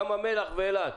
את ים המלח ואילת,